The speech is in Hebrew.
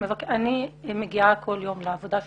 אני מגיעה כל יום לעבודה שלי.